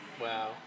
Wow